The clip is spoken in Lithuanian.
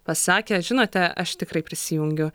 pasakė žinote aš tikrai prisijungiu